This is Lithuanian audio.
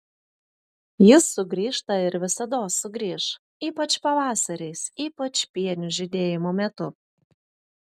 jis sugrįžta ir visados sugrįš ypač pavasariais ypač pienių žydėjimo metu